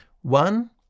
One